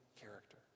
character